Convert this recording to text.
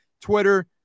Twitter